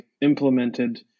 implemented